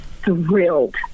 thrilled